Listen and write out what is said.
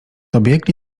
dobiegli